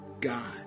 God